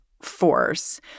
force